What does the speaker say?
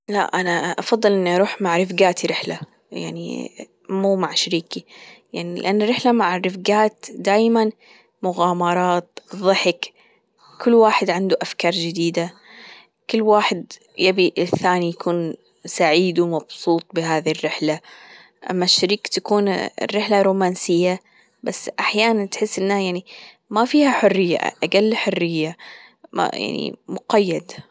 لا أنا أفضل إني أروح مع رفجاتي رحلة يعني مو مع شريكي يعني لأن الرحلة مع الرفجات دايما مغامرات، ضحك، كل واحد عنده أفكار جديدة، كل واحد يبي الثاني يكون سعيد ومبسوط بهذي الرحلة أما الشريك تكون الرحلة رومانسية بس أحيانا تحس إنها يعني ما فيها حرية أجل حرية يعني مقيد.